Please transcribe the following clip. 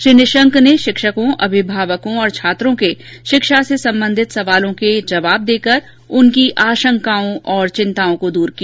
श्री निशंक ने शिक्षकों अभिभावकों और छात्रों के शिक्षा से संबंधित सवालों के जवाब देकर उनकी आंशकाओं और चिंताओं को दूर किया